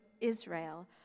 Israel